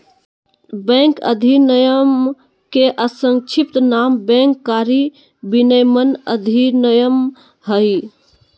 bank अधिनयम के संक्षिप्त नाम बैंक कारी विनयमन अधिनयम हइ